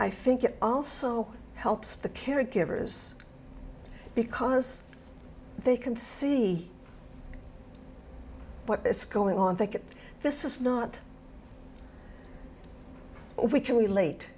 i think it also helps the caregivers because they can see what is going on think that this is not we can relate